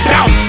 out